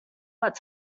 but